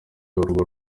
urwo